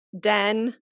den